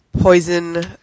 Poison